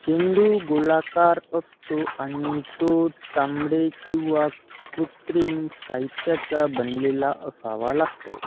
चेंडू गोलाकार असतो आणि तो चामडे किंवा कृत्रिम साहित्याचा बनलेला असावा लागतो